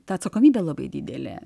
ta atsakomybė labai didelė